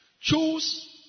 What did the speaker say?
choose